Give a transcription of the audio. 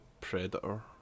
Predator